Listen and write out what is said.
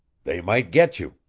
they might get you.